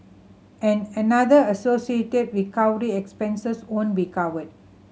and another associated recovery expenses won't be covered